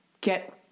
Get